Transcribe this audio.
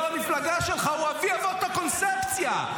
יו"ר המפלגה שלך הוא אבי-אבות הקונספציה.